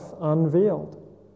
unveiled